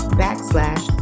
backslash